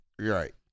Right